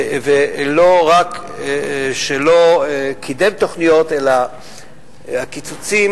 ולא רק שלא קידם תוכניות אלא הקיצוצים